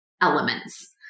elements